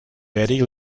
betty